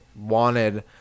wanted